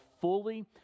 fully